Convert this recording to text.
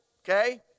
okay